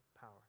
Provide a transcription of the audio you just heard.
power